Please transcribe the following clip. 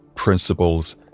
principles